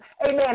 amen